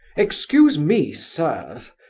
excuse me, sirs,